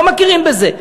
לא מכירים בזה.